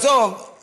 עזוב.